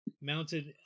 mounted